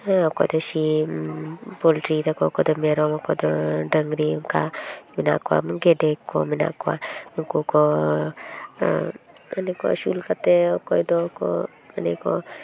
ᱦᱮᱸ ᱚᱠᱚᱭᱫᱚ ᱥᱤᱢ ᱯᱚᱞᱴᱨᱤᱭ ᱫᱟᱠᱚ ᱚᱠᱚᱭᱫᱚ ᱢᱮᱢᱚᱢ ᱚᱠᱚᱭᱫᱚ ᱰᱟᱹᱝᱨᱤ ᱚᱱᱠᱟ ᱢᱮᱱᱟᱜ ᱠᱚᱣᱟ ᱜᱮᱰᱮ ᱠᱚ ᱢᱮᱱᱟᱜ ᱠᱚᱣᱟ ᱩᱱᱠᱩ ᱜᱮᱰᱮ ᱠᱚ ᱟᱹᱥᱩᱞ ᱠᱟᱛᱮ ᱚᱠᱚᱭ ᱫᱚᱠᱚ ᱢᱟᱱᱮᱠᱚ